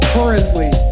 Currently